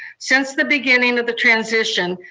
since the beginning of the transition,